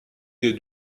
des